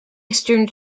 eastern